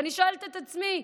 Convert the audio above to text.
ואני שואלת את עצמי: